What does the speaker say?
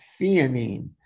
theanine